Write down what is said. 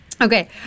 Okay